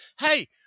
hey